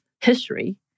history